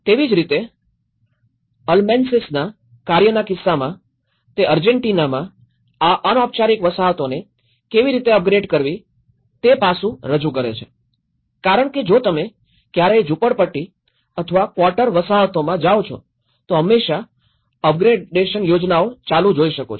તેવી જ રીતે અલમેન્સીસના Almansi's કાર્યના કિસ્સામાં તે આર્જેન્ટિનામાં આ અનૌપચારિક વસાહતોને કેવી રીતે અપગ્રેડ કરવી તે પાસું રજુ કરે છે કારણ કે જો તમે ક્યારેય ઝૂંપડપટ્ટી અથવા ક્વાર્ટર વસાહતોમાં જાઓ છો તો હંમેશા અપ ગ્રેડેશન યોજનાઓ ચાલુ જોઈ શકો છો